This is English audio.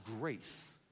grace